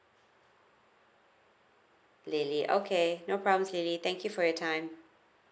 lily okay no problems lily thank you for your time